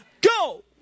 go